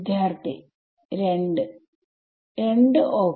വിദ്യാർത്ഥി 2 2 ok